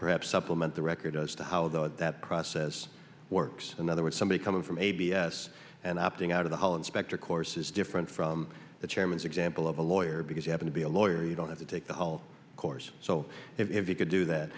perhaps supplement the record as to how the process works another would somebody coming from a b s and opting out of the hole inspector course is different from the chairman's example of a lawyer because you happen to be a lawyer you don't have to take the whole course so if you could do that